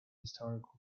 historical